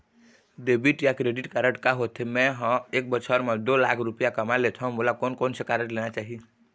Debit या credit card का होथे, मे ह एक बछर म दो लाख रुपया कमा लेथव मोला कोन से कारड लेना चाही?